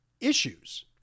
issues